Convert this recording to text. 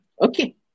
Okay